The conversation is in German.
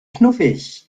knuffig